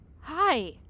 Hi